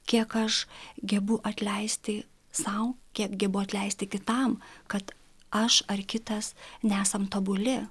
kiek aš gebu atleisti sau kiek gebu atleisti kitam kad aš ar kitas nesam tobuli